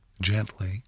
gently